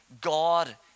God